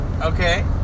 Okay